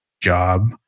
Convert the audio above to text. job